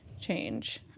change